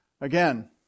Again